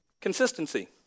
Consistency